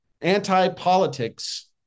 anti-politics